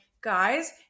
guys